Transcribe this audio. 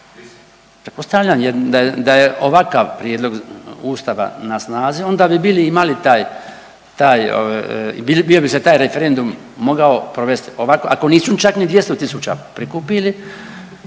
Pretpostavljam jer da je ovakav prijedlog Ustava na snazi onda bi bili imali taj, taj, bio se taj referendum mogao provesti, ako nisu čak ni 200.000 prikupli,